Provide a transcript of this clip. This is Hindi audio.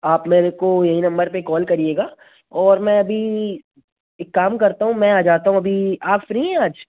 आप मेरे को यही नंबर पर कॉल करिएगा और मैं अभी एक काम करता हूँ मैं आ जाता हूँ अभी आप फ़्री हैं आज